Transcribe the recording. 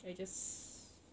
I just